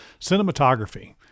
Cinematography